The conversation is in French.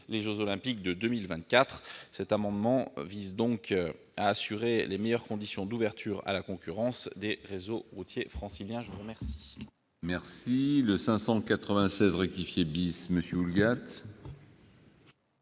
les jeux Olympiques de 2024. Cet amendement vise donc à assurer les meilleures conditions d'ouverture à la concurrence des réseaux routiers franciliens. L'amendement